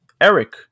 Eric